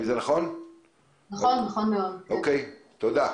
תודה.